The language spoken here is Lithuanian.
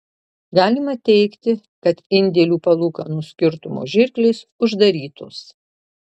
galima teigti kad indėlių palūkanų skirtumo žirklės uždarytos